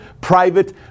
private